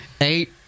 Eight